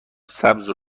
سبز